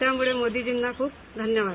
त्यामुळे मोदीजीनां ख्रप धन्यवाद